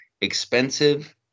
expensive